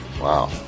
Wow